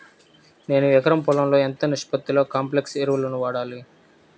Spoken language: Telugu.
నేను ఎకరం పొలంలో ఎంత నిష్పత్తిలో కాంప్లెక్స్ ఎరువులను వాడాలి?